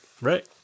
Right